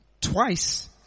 twice